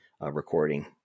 recording